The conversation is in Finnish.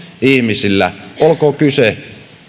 ihmisillä olkoon kyse